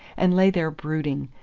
and lay there brooding,